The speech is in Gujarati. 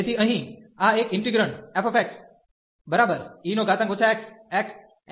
તેથી અહીં આ એક ઇન્ટિગ્રેંડ fxe xxn 1 છે